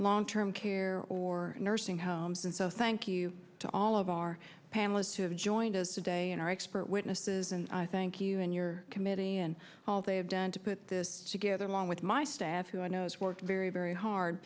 long term care or nursing homes and so thank you to all of our panelists who have joined us today and our expert witnesses and i thank you and your committee and all they have done to put this together along with my staff who i know is work very very hard